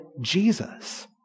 Jesus